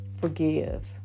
forgive